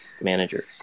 manager